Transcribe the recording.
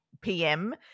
PM